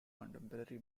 contemporary